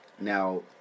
now